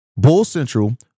BULLCENTRAL